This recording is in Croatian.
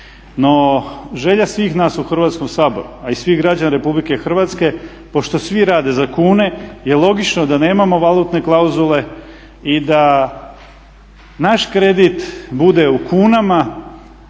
No, želja svih nas u Hrvatskom saboru a i svih građana RH pošto svi rade za kune je logično da nemamo valutne klauzule i da naš kredit bude u kunama